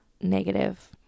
negative